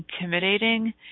intimidating